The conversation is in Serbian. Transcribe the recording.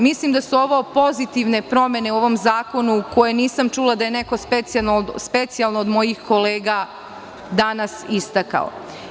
Mislim da su ovo pozitivne promene u ovom zakonu, koje nisam čula da je neko specijalno neko od mojih kolega danas istakao.